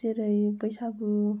जेरै बैसागु